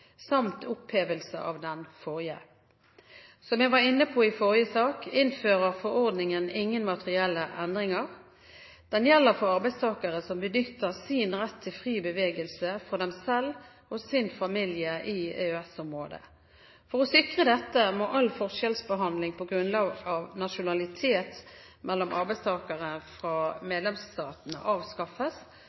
samt opphevelse av den forrige. Som jeg var inne på i sted, innfører forordningen ingen materielle endringer. Den gjelder for arbeidstakere som benytter sin rett til fri bevegelse for seg selv og sin familie i EØS-området. For å sikre dette må all forskjellsbehandling på grunnlag av nasjonalitet mellom arbeidstakere fra medlemsstatene avskaffes